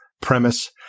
premise